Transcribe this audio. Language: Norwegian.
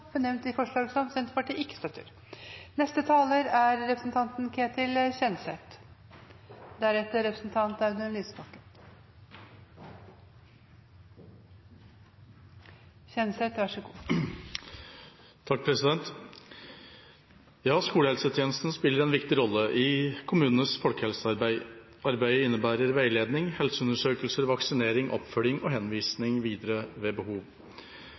opp de forslagene hun refererte til. Skolehelsetjenesten spiller en viktig rolle i kommunenes folkehelsearbeid. Arbeidet innebærer veiledning, helseundersøkelser, vaksinering, oppfølging og henvisning videre ved behov.